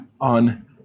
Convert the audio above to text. On